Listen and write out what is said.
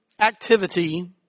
activity